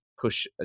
push